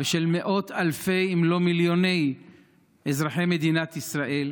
ושל מאות אלפי אם לא מיליוני אזרחי מדינת ישראל,